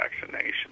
vaccination